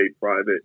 private